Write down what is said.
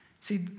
See